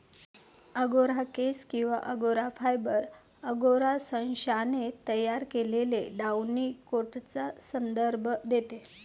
angora केस किंवा angora fibre, angora सशाने तयार केलेल्या डाउनी कोटचा संदर्भ देते